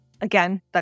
again